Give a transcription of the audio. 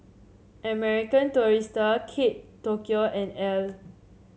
American Tourister Kate Tokyo and Elle